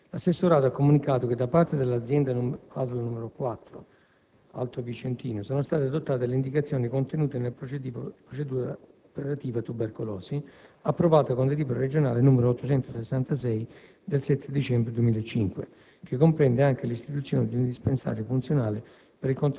L'assessorato ha comunicato che da parte dell'azienda ULSS n. 4 «Alto Vicentino» sono state adottate le indicazioni contenute nella «procedura operativa tubercolosi», approvata con delibera regionale n. 866 del 7 dicembre 2005, che comprende anche l'istituzione di un dispensario funzionale